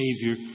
Savior